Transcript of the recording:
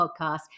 podcast